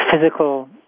physical